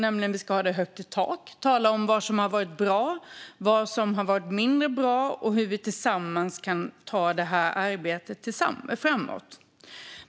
Vi ska ha det högt i tak och tala om vad som har varit bra, vad som har varit mindre bra och hur vi tillsammans kan ta arbetet framåt.